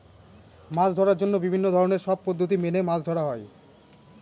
মাছ ধরার জন্য বিভিন্ন ধরনের সব পদ্ধতি মেনে মাছ ধরা হয়